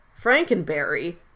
Frankenberry